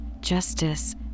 Justice